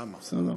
לא, מה קרה לך?